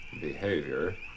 behavior